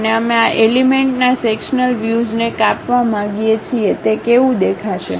અને અમે આ એલિમેન્ટના સેક્શન્લ વ્યુઝને કાપવા માંગીએ છીએ તે કેવું દેખાશે